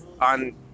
on